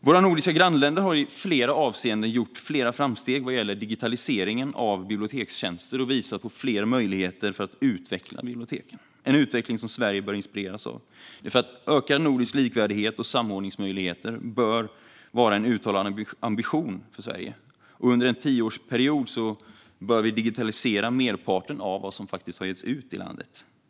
Våra nordiska grannländer har i flera avseenden gjort flera framsteg vad gäller digitaliseringen av bibliotekstjänster och visat på flera möjligheter för att utveckla biblioteken. Det är en utveckling som Sverige bör inspireras av, för ökad nordisk likvärdighet och samordningsmöjligheter bör vara en uttalad ambition för Sverige. Under en tioårsperiod bör vi digitalisera merparten av vad som har getts ut i landet.